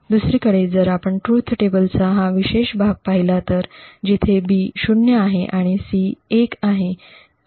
दुसरीकडे जर आपण ट्रुथ टेबल चा हा विशिष्ट भाग पाहिला तर जिथे 'B' '0' आहे आणि 'C' '1' आहे 'A' मधील बदलाचा परिणाम होणार नाही